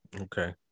okay